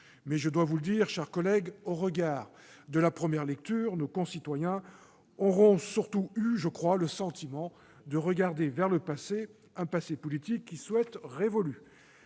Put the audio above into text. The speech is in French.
je dois vous le dire, mes chers collègues, au regard de la première lecture, nos concitoyens auront surtout eu, je crois, le sentiment de regarder vers le passé, un passé politique qu'ils souhaitent révolu.